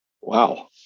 Wow